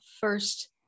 first